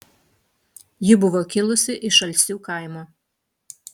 ji buvo kilusi iš alsių kaimo